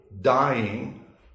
dying